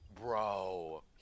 Bro